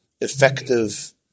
effective